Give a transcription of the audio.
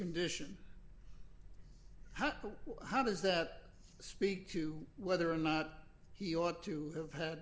condition how does that speak to whether or not he ought to have he